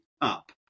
up